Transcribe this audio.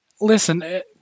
listen